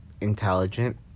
intelligent